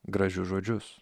gražius žodžius